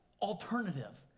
alternative